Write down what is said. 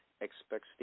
expects